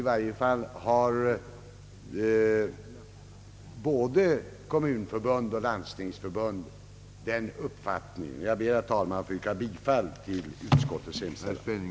I varje fall har både Kommunförbundet och Landstingsförbundet den uppfattningen. Jag ber, herr talman, att få yrka bifall till utskottets hemställan.